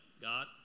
God